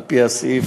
על-פי הסעיף